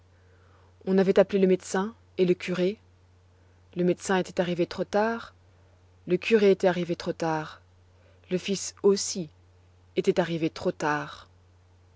on avait appelé le médecin et le curé le médecin était arrivé trop tard le curé était arrivé trop tard le fils aussi était arrivé trop tard